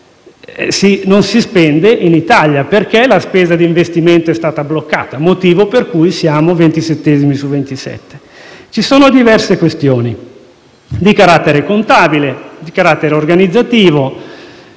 non si spende? Perché la spesa di investimento è stata bloccata, motivo per cui siamo al ventisettesimo posto su 27? Ci sono diverse questioni di carattere contabile, di carattere organizzativo,